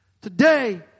Today